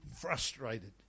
frustrated